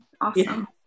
awesome